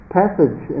passage